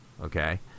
Okay